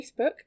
Facebook